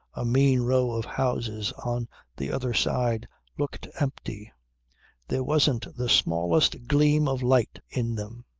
a mean row of houses on the other side looked empty there wasn't the smallest gleam of light in them.